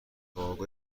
واگن